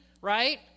right